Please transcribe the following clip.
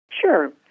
Sure